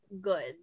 good